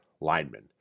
linemen